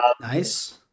Nice